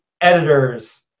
editors